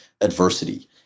adversity